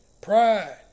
Pride